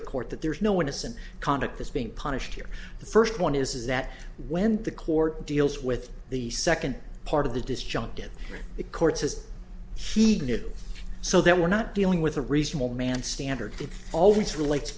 the court that there is no innocent conduct is being punished here the first one is a that when the court deals with the second part of the disjunctive the court says he knew so that we're not dealing with a reasonable man standard that always relates